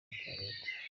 antoinette